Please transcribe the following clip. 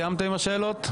סיימתם עם השאלות.